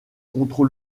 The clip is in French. contre